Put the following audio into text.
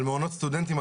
על מעונות סטודנטים,